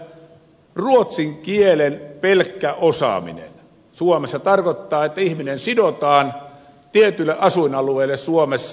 pelkkä ruotsin kielen osaaminen suomessa tarkoittaa sitä että ihminen sidotaan tietyille asuinalueille suomessa